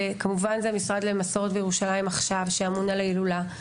וכמובן עכשיו זה המשרד לירושלים ומסורת שאמון על ההילולה.